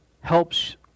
helps